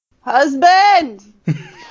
Husband